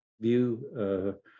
view